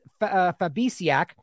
Fabisiak